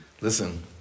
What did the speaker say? listen